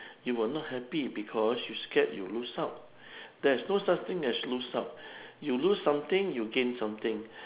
you will not happy because you scared you lose out there's no such thing as lose out you lose something you gain something